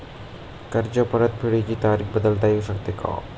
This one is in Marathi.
कर्ज परतफेडीची तारीख बदलता येऊ शकते का?